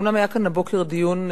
אומנם היה כאן הבוקר דיון,